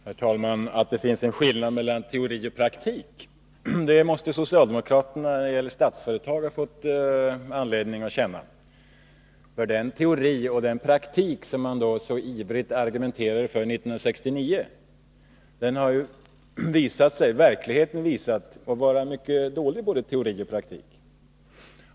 Herr talman! Att det finns en skillnad mellan teori och praktik måste socialdemokraterna ha fått anledning att känna när det gäller Statsföretag, för den teori och den praktik som man så ivrigt argumenterade för 1969 har ju verkligheten visat vara mycket dålig teori och praktik.